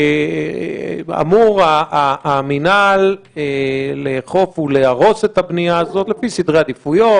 אמור המינהל לאכוף ולהרוס את הבנייה הזאת לפי סדרי עדיפויות,